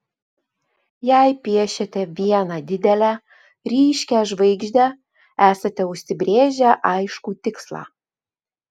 jei piešiate vieną didelę ryškią žvaigždę esate užsibrėžę aiškų tikslą